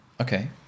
okay